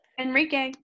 Enrique